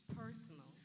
personal